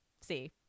see